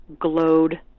glowed